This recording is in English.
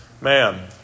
man